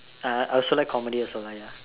uh I also like comedy also lah ya